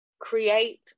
Create